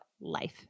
life